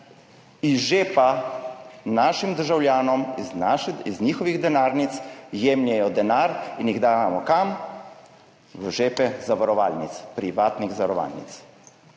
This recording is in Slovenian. iz žepa našim državljanom, iz njihovih denarnic jemljejo denar. In ga dajejo – kam? V žepe zavarovalnic, privatnih zavarovalnic.